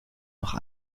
noch